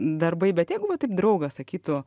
darbai bet jeigu va taip draugas sakytų